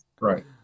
Right